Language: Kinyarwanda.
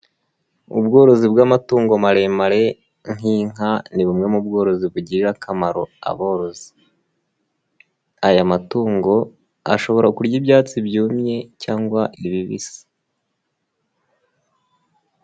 Ubworozi bw'amatungo maremare nk'inka, ni bumwe mu bworozi bugirira akamaro aborozi, aya matungo ashobora kurya ibyatsi byumye cyangwa ibibisi.